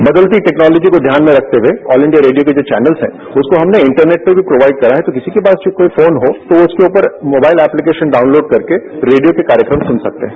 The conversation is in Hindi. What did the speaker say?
बदलती टेक्नोलॉजी को ध्यान में रखते हुए ऑल इंडिया रेडियो के जो चौनल हैं उसको हमने इंटरनेट पर भी प्रोवाइड कराया है तो किसी के पास जो कोई फोन हो तो उसके ऊपर मोबाइल ऐप्लीकेशन डॉउनलोड करके रेडियो के कार्यक्रम सुन सकते हैं